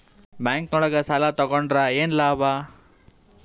Bank ನೊಳಗ ಸಾಲ ತಗೊಂಡ್ರ ಏನು ಲಾಭ?